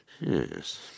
Yes